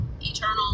eternal